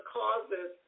causes